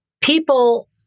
people